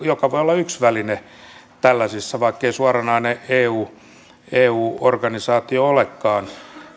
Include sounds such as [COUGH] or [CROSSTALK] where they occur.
[UNINTELLIGIBLE] joka voi olla yksi väline tällaisissa vaikkei suoranainen eu eu organisaatio olekaan